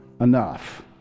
enough